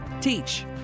teach